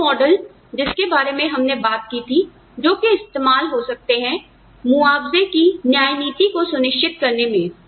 दो मॉडल् जिनके बारे में हमने बात की थी जो कि इस्तेमाल हो सकते हैं मुआवजे की न्याय नीति को सुनिश्चित करने में